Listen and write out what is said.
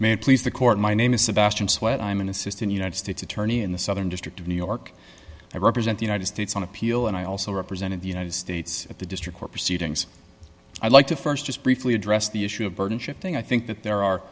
it please the court my name is sebastian sweat i am an assistant united states attorney in the southern district of new york i represent the united states on appeal and i also represented the united states at the district court proceedings i'd like to st just briefly address the issue of burden shifting i think that there are